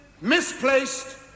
misplaced